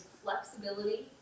flexibility